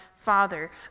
father